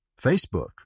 Facebook